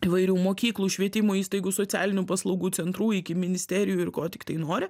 įvairių mokyklų švietimo įstaigų socialinių paslaugų centrų iki ministerijų ir ko tiktai nori